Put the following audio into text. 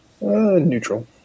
neutral